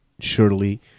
Surely